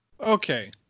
Okay